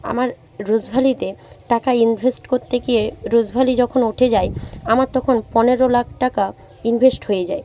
আমার রোজভ্যালিতে টাকা ইনভেস্ট করতে গিয়ে রোজভ্যালি যখন উঠে যায় আমার তখন পনেরো লাখ টাকা ইনভেস্ট হয়ে যায়